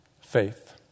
faith